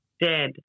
dead